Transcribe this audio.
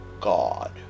God